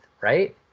right